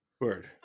word